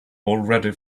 already